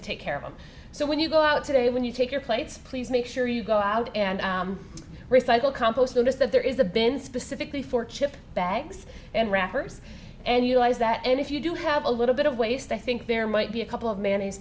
to take care of them so when you go out today when you take your plates please make sure you go out and recycle compost noticed that there is a been specifically for chip bags and and wrappers that and if you do have a little bit of waste i think there might be a couple of man